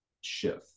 shift